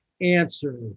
answer